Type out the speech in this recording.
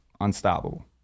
unstoppable